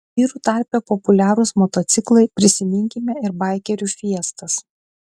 vyrų tarpe populiarūs motociklai prisiminkime ir baikerių fiestas